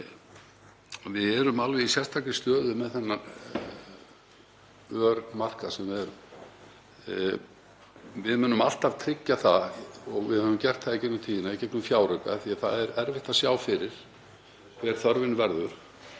Við erum alveg í sérstakri stöðu með þennan örmarkað okkar. Við munum alltaf tryggja það og við höfum gert það í gegnum tíðina í gegnum fjárauka — af því að það er erfitt að sjá fyrir hver þörfin verður.